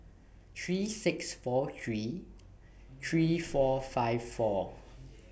three six four three three four five four